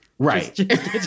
Right